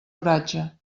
oratge